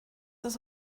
das